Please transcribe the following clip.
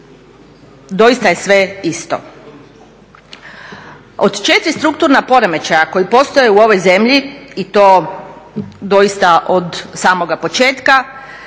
doista je sve isto. Od četiri strukturna poremećaja koji postoje u ovoj zemlji i to doista od samoga početka,